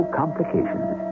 complications